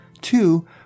two